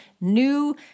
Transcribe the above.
new